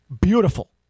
beautiful